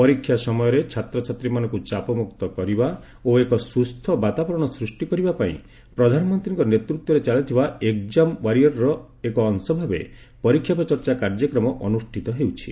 ପରୀକ୍ଷା ସମୟରେ ଛାତ୍ରଛାତ୍ରୀମାନଙ୍କୁ ଚାପମୁକ୍ତ କରିବା ଓ ଏକ ସୁସ୍ଥ ବାତାବରଣ ସୃଷ୍ଟି କରିବା ପାଇଁ ପ୍ରଧାନମନ୍ତ୍ରୀଙ୍କ ନେତୃତ୍ୱରେ ଚାଲିଥିବା ଏକ୍ୱଜାମ୍ ୱାରିୟରର ଏକ ଅଂଶଭାବେ 'ପରୀକ୍ଷା ପେ ଚର୍ଚ୍ଚା' କାର୍ଯ୍ୟକ୍ରମ ଅନୁଷ୍ଠିତ ହେଉଛି